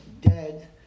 dead